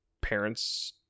parents